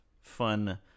fun